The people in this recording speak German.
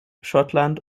schottland